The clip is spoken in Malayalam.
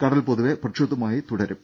കടൽ പൊതുവെ പ്രക്ഷുബ്ധമായി തുടരും